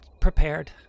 prepared